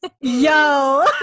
Yo